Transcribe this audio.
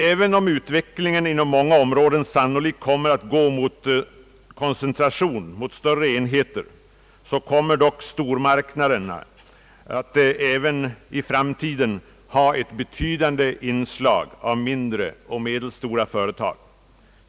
Även om utvecklingen inom många områden sannolikt går mot koncentration — mot större enheter — kommer dock stormarknaderna även i framtiden att ha ett betydande inslag av mindre och medelstora företag.